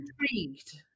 intrigued